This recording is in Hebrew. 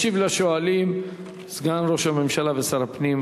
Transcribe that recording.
ישיב לשואלים סגן ראש הממשלה ושר הפנים,